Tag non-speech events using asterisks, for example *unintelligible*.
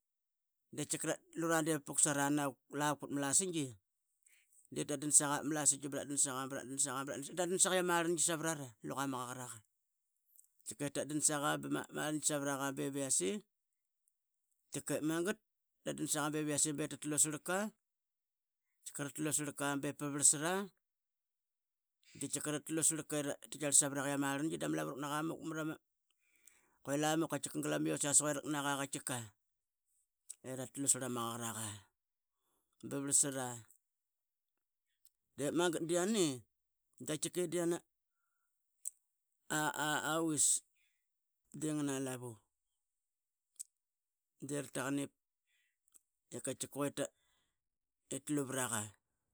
Da lurade vukpuk sara na vuk pat ma laisang de tadan saqa pat ma lasingi. Tadan saqa bradan saqa tadun. saqa yia ma rlangi savrara luqa ma qaqaraqa. tki qe tadun saqa yia ma rlangi sava raqa bep yiase tkip magat beviase be tatlursal qa. tki qa tatlusar qa be parvasar. Det kiqa tatlu sarqa rit kiarl savraga i ama rlangi dama lavu raknaqa muk. Tkiqa quie lamuk glama yias tkiqa que raqanaqa qatkiqa talu sarama qaqaraqa ba qa. tkiqa que parsara. Dep magat dia ne de qatike dia *hesitation* auis de ngna lavu de *unintelligible* rataqan i taluvraqa.